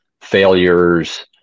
failures